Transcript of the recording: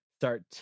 Start